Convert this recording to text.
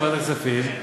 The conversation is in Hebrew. ועדת הכספים,